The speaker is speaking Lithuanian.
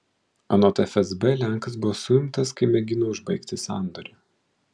anot fsb lenkas buvo suimtas kai mėgino užbaigti sandorį